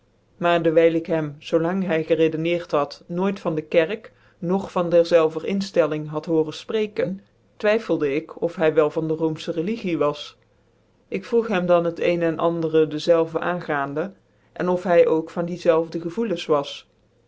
maar dewijl ik hem zoo lang hy beredeneert hul nooit van de kerk nog van derzclvcr inftclling had hooren fprecken twyrfcldc ik of hy wel van de rnomfthc religie was lk vroeg hem dan het een cn andere dezelve aangaande en of hy ook van diczclvc gevoelens was